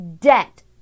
debt